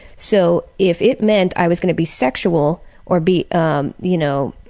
so if it meant i was gonna be sexual or be ah you know,